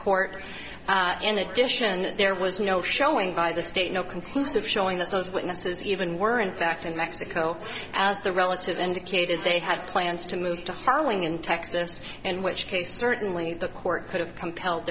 court in addition there was no showing by the state no conclusive showing that those witnesses even were in fact in mexico as the relative indicated they had plans to move to harlingen texas and which case certainly the court could have compelled